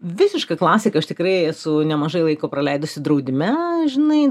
visiška klasika aš tikrai esu nemažai laiko praleidusi draudime žinai